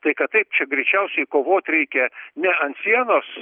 tai kad taip čia greičiausiai kovot reikia ne ant sienos